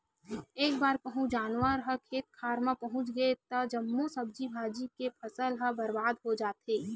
एक बार कहूँ जानवर ह खेत खार मे पहुच गे त जम्मो सब्जी भाजी के फसल ह बरबाद हो जाथे